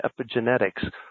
epigenetics